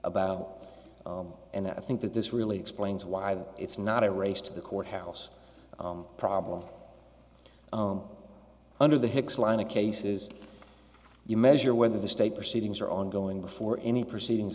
about and i think that this really explains why it's not a race to the courthouse problem ome under the hicks line of cases you measure whether the state proceedings are ongoing before any proceedings